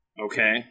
Okay